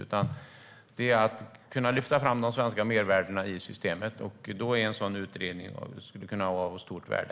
Det handlar om att kunna lyfta fram de svenska mervärdena i systemet, och då skulle en sådan här utredning kunna vara av stort värde.